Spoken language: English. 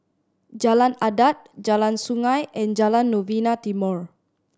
Jalan Adat Jalan Sungei and Jalan Novena Timor